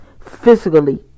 Physically